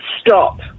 stop